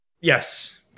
Yes